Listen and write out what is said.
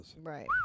Right